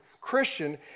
Christian